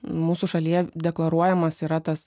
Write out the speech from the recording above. mūsų šalyje deklaruojamas yra tas